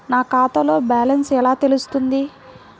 నా ఖాతాలో బ్యాలెన్స్ ఎలా తెలుస్తుంది?